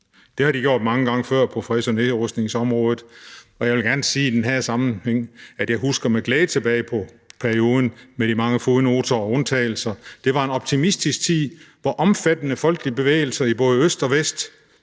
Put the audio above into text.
Det har de gjort mange gange før på freds- og nedrustningsområdet, og jeg vil i den her sammenhæng gerne sige, at jeg med glæde husker tilbage på perioden med de mange fodnoter og undtagelser. Det var en optimistisk tid, hvor omfattende folkelige bevægelser i både øst og vest